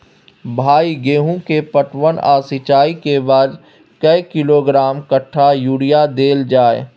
भाई गेहूं के पटवन आ सिंचाई के बाद कैए किलोग्राम कट्ठा यूरिया देल जाय?